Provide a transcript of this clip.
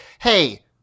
hey